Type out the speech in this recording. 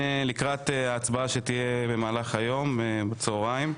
לקראת ההצבעה שתהיה במהלך היום, בצוהריים.